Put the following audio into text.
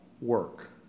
work